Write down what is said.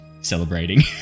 celebrating